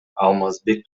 алмазбек